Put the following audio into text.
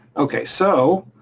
okay, so